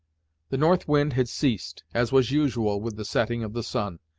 the north wind had ceased as was usual with the setting of the sun,